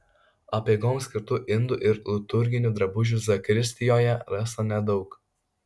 apeigoms skirtų indų ir liturginių drabužių zakristijoje rasta nedaug